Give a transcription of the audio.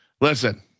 Listen